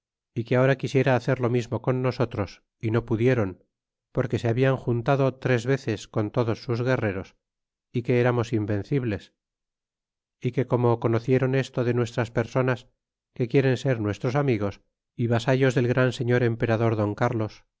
y que ahora quisiera hacer lo mismo con nosotros y no pudieron aunque se habian juntado tres veces con todos sus guerreros y que eramos invencibles y que como conocieron esto de nuestras personas que quieren ser nuestros amigos y vasallos del gran señor emperador don carlos